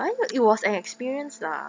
I heard it was an experience lah